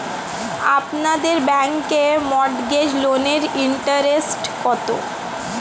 আপনাদের ব্যাংকে মর্টগেজ লোনের ইন্টারেস্ট কত?